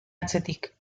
atzetik